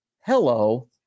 hello